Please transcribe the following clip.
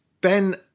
Ben